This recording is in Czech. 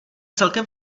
celkem